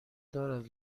دارد